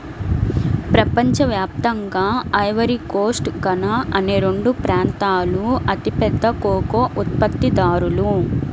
ప్రపంచ వ్యాప్తంగా Ivory Coast, Ghana అనే రెండు ప్రాంతాలూ అతిపెద్ద కోకో ఉత్పత్తిదారులు